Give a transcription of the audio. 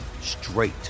straight